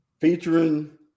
featuring